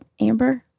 Amber